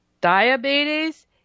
diabetes